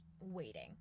waiting